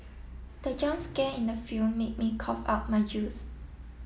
the jump scare in the film made me cough out my juice